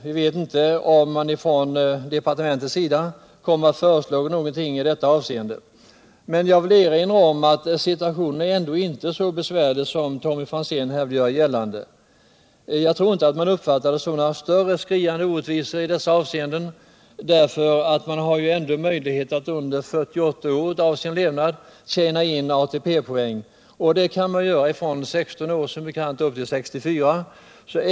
Vi vet inte om man från departementets sida kommer att föreslå någonting i det här avseendet. Jag vill emellertid erinra om att situationen ändå inte är så besvärlig som Tommy Franzén vill göra gällande. Jag tror inte att man här kan tala om några större skriande orättvisor, eftersom man ändå har möjlighet att under 48 år av sin levnad tjäna in ATP-poäng. Det kan man som bekant göra från 16 upp till 64 års ålder.